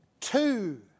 two